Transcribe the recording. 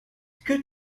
que